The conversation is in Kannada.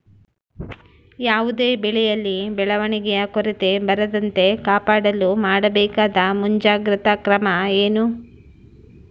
ಯಾವುದೇ ಬೆಳೆಯಲ್ಲಿ ಬೆಳವಣಿಗೆಯ ಕೊರತೆ ಬರದಂತೆ ಕಾಪಾಡಲು ಮಾಡಬೇಕಾದ ಮುಂಜಾಗ್ರತಾ ಕ್ರಮ ಏನು?